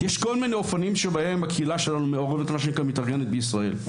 יש כל מיני אופנים שהקהילה שלנו מתארגנת בישראל.